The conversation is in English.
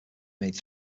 made